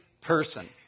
person